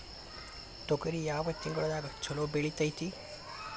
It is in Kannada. ತೊಗರಿ ಯಾವ ತಿಂಗಳದಾಗ ಛಲೋ ಬೆಳಿತೈತಿ?